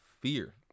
fear